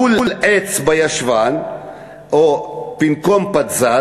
בול עץ בישבן או (אומר מילים ברוסית)